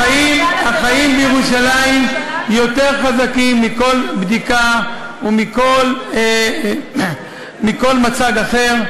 החיים בירושלים יותר חזקים מכל בדיקה ומכל מצג אחר,